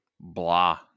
blah